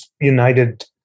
united